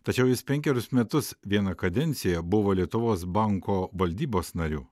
tačiau jis penkerius metus vieną kadenciją buvo lietuvos banko valdybos nariu